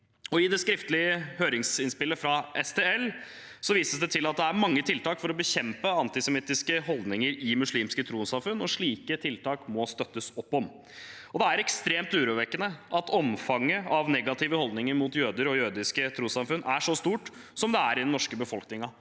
for tros- og livssynssamfunn, STL, vises det til at det er mange tiltak for å bekjempe antisemittiske holdninger i muslimske trossamfunn, og slike tiltak må det støttes opp om. Det er ekstremt urovekkende at omfanget av negative holdninger mot jøder og jødiske trossamfunn er så stort som det er i den norske befolkningen.